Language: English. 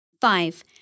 Five